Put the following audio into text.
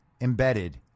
embedded